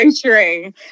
true